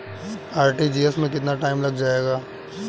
RTGS में कितना time लग जाएगा?